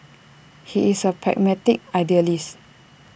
he is A pragmatic idealist